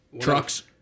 Trucks